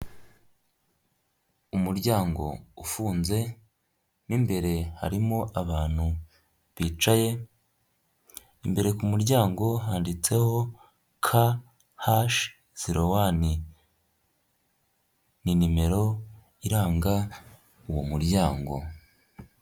Umuryango ufunze mo imbere harimo abantu bicaye, imbere ku muryango handitseho ka hashi silo wani ni nimero iranga uwo muryango.